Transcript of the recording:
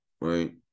right